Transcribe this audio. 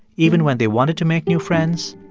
even when they wanted to make new friends,